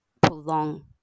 prolong